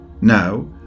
Now